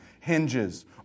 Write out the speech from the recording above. hinges